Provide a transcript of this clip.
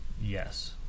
Yes